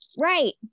Right